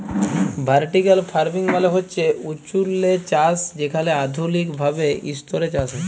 vertical farming মালে হছে উঁচুল্লে চাষ যেখালে আধুলিক ভাবে ইসতরে চাষ হ্যয়